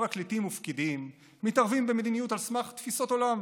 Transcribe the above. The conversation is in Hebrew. פרקליטים ופקידים מתערבים במדיניות על סמך תפיסות עולם.